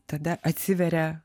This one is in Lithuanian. tada atsiveria